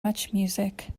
muchmusic